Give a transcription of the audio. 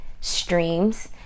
streams